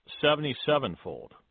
seventy-sevenfold